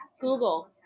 Google